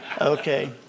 Okay